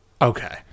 Okay